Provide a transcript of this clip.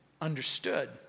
understood